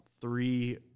three